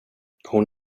hon